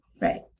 Right